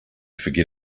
forget